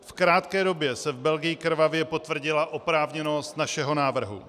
V krátké době se v Belgii krvavě potvrdila oprávněnost našeho návrhu.